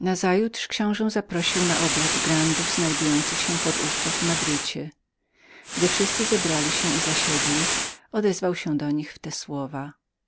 nazajutrz książe zaprosił na obiad grandów znajdujących się pod ówczas w madrycie i gdy wszyscy zebrali się i zasiedli odezwał się do nich w te słowa